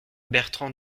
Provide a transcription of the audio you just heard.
bertran